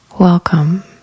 welcome